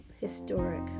historic